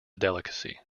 delicacy